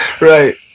Right